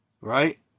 Right